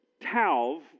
talv